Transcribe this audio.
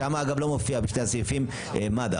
שם אגב, לא מופיע בשני הסעיפים מד"א.